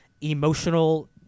emotional